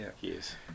yes